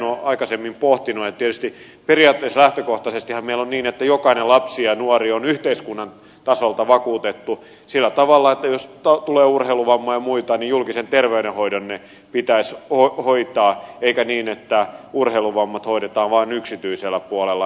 tietysti periaatteessa lähtökohtaisestihan meillä on niin että jokainen lapsi ja nuori on yhteiskunnan tasolta vakuutettu sillä tavalla että jos tulee urheiluvamma tai muita niin julkisen terveydenhoidon ne pitäisi hoitaa eikä niin että urheiluvammat hoidetaan vain yksityisellä puolella